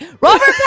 Robert